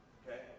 okay